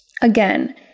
again